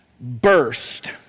burst